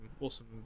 awesome